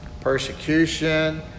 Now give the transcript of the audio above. Persecution